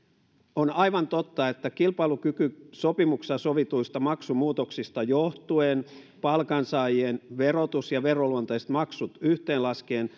on aivan totta että kilpailukykysopimuksessa sovituista maksumuutoksista johtuen palkansaajien verotus ja veroluonteiset maksut yhteen laskien